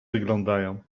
wyglądają